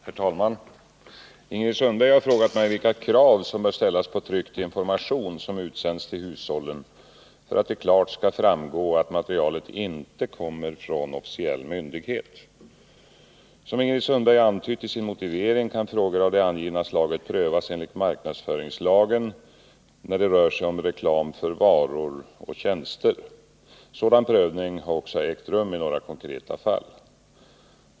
Herr talman! Ingrid Sundberg har frågat mig vilka krav som bör ställas på tryckt information som utsänds till hushållen för att det klart skall framgå att materialet inte kommer från officiell myndighet. Som Ingrid Sundberg antytt i sin motivering kan frågor av det angivna slaget prövas enligt marknadsföringslagen när det rör sig om reklam för varor och tjänster. Sådan prövning har också ägt rum i några konkreta fall.